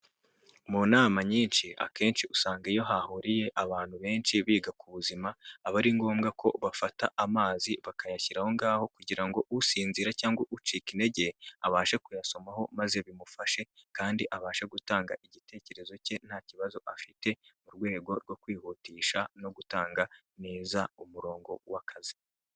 Mu nama nyinshi akenshi usanga iyo hahuriye abantu benshi biga ku buzima, aba ari ngombwa ko bafata amazi bakayashyiraho ngaho kugira ngo usinzira cyangwa ucika intege abashe kuyasomaho maze bimufashe, kandi abashe gutanga igitekerezo cye nta kibazo afite, mu rwego rwo kwihutisha no gutanga neza umurongo w'akazi.